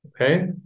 okay